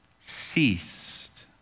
ceased